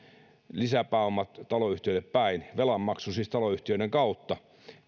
lisäpääomat taloyhtiöille päin siis velanmaksu taloyhtiöiden kautta